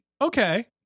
Okay